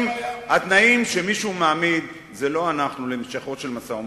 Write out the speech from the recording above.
מי שמעמיד את התנאים להמשכו של משא-ומתן,